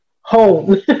home